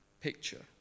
picture